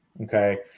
okay